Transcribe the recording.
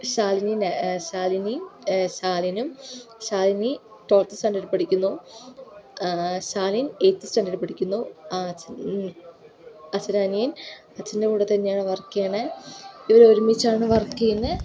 ശാലിനീൻ്റെ ശാലിനി ശാലിനും ശാലിനി ഫോർത്ത് സ്റ്റാൻഡേർഡിൽ പഠിക്കുന്നു ശാലിൻ എയ്ത് സ്റ്റാൻഡേർഡിൽ പഠിക്കുന്നു അച്ഛൻ അച്ഛൻൻ്റെ അനിയൻ അച്ഛൻ്റെ കൂടെ തന്നെയാണ് വർക്ക് ചെയ്യുന്നത് ഇവർ ഒരുമിച്ചാണ് വർക്ക് ചെയ്യുന്നത്